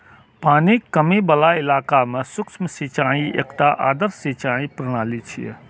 पानिक कमी बला इलाका मे सूक्ष्म सिंचाई एकटा आदर्श सिंचाइ प्रणाली छियै